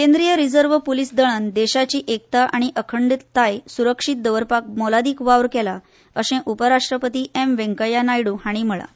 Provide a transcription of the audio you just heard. केंद्रीय reserve police दळान देशाची एकता आनी अखंडताय सुरक्षीत दवरपांत मोलादीक वावर केला अशें उपरराष्ट्रपती एम वेंकय्या नायडू हांणी म्हळां